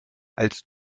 als